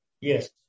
Yes